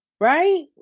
Right